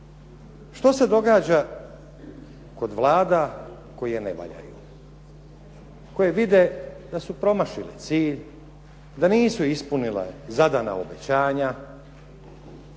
Što se događa kod vlada koje ne valjaju? Koje vide sa su promašili cilj, da nisu ispunila zadana obećanja,